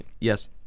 Yes